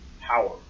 power